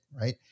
right